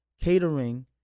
catering